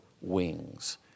wings